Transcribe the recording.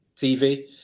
TV